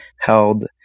held